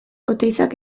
oteizak